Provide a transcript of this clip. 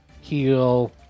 Heal